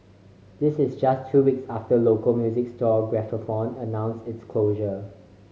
this is just two weeks after local music store Gramophone announced its closure